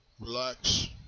Relax